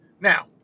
Now